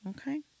okay